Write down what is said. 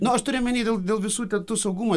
nu aš turiu omeny dėl visų ten tų saugumo